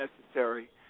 necessary